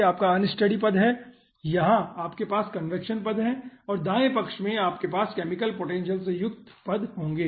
तो आपका अनस्टेडी पद है यहां आपके पास कन्वेक्शन पद हैं और दाएं पक्ष में आपके पास केमिकल पोटेंशियल से युक्त पद होंगे